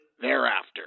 thereafter